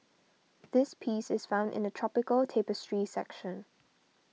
this piece is found in the Tropical Tapestry section